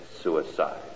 suicide